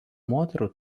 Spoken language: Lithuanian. moterų